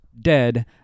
Dead